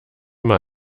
mal